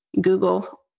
Google